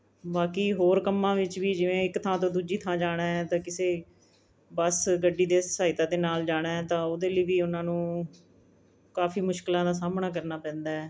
ਬਾਕੀ ਹੋਰ ਕੰਮਾਂ ਵਿੱਚ ਵੀ ਜਿਵੇਂ ਇੱਕ ਥਾਂ ਤੋਂ ਦੂਜੀ ਥਾਂ ਜਾਣਾ ਹੈ ਤਾਂ ਕਿਸੇ ਬੱਸ ਗੱਡੀ ਦੀ ਸਹਾਇਤਾ ਦੇ ਨਾਲ ਜਾਣਾ ਹੈ ਤਾਂ ਉਹਦੇ ਲਈ ਵੀ ਉਹਨਾਂ ਨੂੰ ਕਾਫੀ ਮੁਸ਼ਕਿਲਾਂ ਦਾ ਸਾਹਮਣਾ ਕਰਨਾ ਪੈਂਦਾ ਹੈ